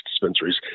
dispensaries